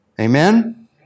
Amen